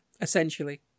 essentially